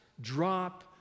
drop